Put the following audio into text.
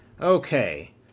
Okay